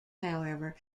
however